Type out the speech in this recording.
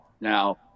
Now